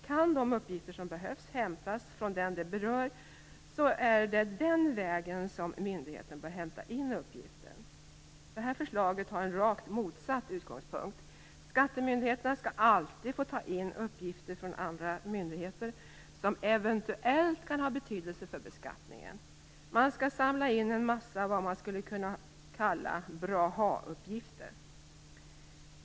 Kan de uppgifter som behövs hämtas från den det berör är det den vägen myndigheten bör hämta in uppgiften. Detta förslag har rakt motsatt utgångspunkt: Skattemyndigheten skall alltid få ta in uppgifter från andra myndigheter som eventuellt kan ha betydelse för beskattningen. Man skall samla en massa "bra-att-ha-uppgifter".